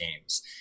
games